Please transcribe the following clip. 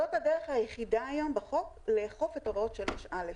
זאת הדרך היחידה היום בחוק לאכוף את הוראות 3(א).